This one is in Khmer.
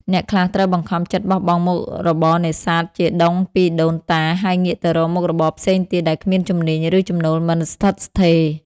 អ្នកខ្លះត្រូវបង្ខំចិត្តបោះបង់មុខរបរនេសាទដែលជាដុងពីដូនតា ហើយងាកទៅរកមុខរបរផ្សេងទៀតដែលគ្មានជំនាញ ឬចំណូលមិនស្ថិតស្ថេរ។